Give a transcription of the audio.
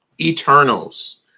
Eternals